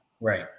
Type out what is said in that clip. Right